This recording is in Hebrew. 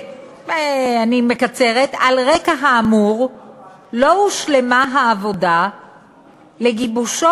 אני מקצרת: על רקע האמור לא הושלמה העבודה לגיבושו